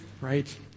right